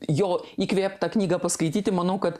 jo įkvėptą knygą paskaityti manau kad